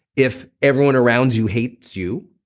if everyone around you hates you.